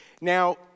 now